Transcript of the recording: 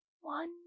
one